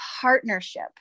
partnership